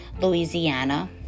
Louisiana